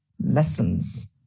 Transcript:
lessons